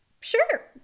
Sure